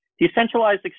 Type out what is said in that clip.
decentralized